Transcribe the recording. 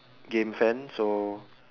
game fan so